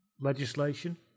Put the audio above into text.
legislation